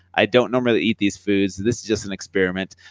i don't normally eat these foods. this is just an experiment.